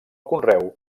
conreu